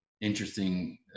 interesting